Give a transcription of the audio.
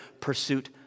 pursuit